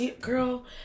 girl